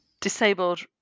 disabled